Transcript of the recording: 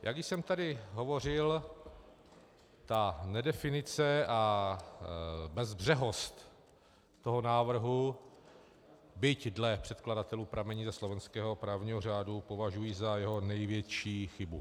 Jak již jsem tady hovořil, tu nedefinici a bezbřehost toho návrhu, byť dle předkladatelů pramení ze slovenského právní řádu, považuji za jeho největší chybu.